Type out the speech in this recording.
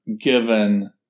given